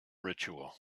ritual